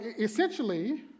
essentially